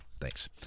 Thanks